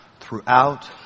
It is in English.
throughout